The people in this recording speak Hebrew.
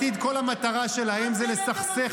חבר הכנסת שוסטר, אני מסכם את הדברים.